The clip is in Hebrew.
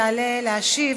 יעלה להשיב,